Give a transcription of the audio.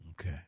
Okay